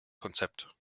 konzept